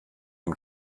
dem